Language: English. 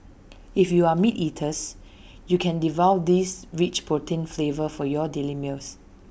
if you are meat eaters you can devour this rich protein flavor for your daily meals